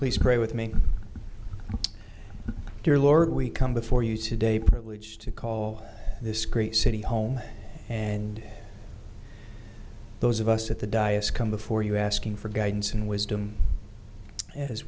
please pray with me dear lord we come before you today privileged to call this great city home and those of us at the diocese come before you asking for guidance and wisdom as